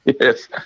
Yes